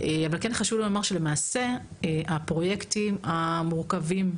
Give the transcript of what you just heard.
חשוב לי לומר שהפרויקטים המורכבים,